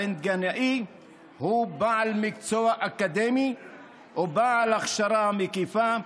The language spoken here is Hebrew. הרנטגנאי הוא בעל מקצוע אקדמי ובעל הכשרה מקיפה.